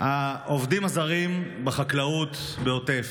העובדים הזרים בחקלאות בעוטף,